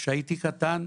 כשהייתי קטן,